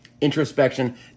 introspection